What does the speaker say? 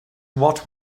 what